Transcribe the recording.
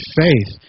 faith